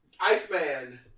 Iceman